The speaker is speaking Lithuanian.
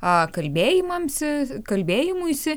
a kalbėjimamsi kalbėjimuisi